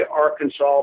Arkansas